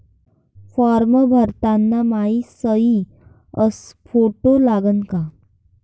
Form भरताना मायी सयी अस फोटो लागन का?